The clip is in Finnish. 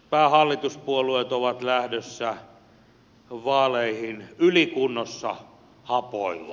päähallituspuolueet ovat lähdössä vaaleihin ylikunnossa hapoilla